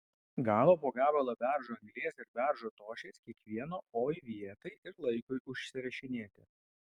gavo po gabalą beržo anglies ir beržo tošies kiekvieno oi vietai ir laikui užsirašinėti